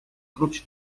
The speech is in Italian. croce